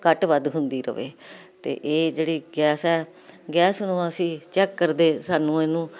ਘੱਟ ਵੱਧ ਹੁੰਦੀ ਰਵੇ ਅਤੇ ਇਹ ਜਿਹੜੀ ਗੈਸ ਹੈ ਗੈਸ ਨੂੰ ਅਸੀਂ ਚੈੱਕ ਕਰਦੇ ਸਾਨੂੰ ਇਹਨੂੰ